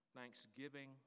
thanksgiving